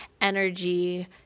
energy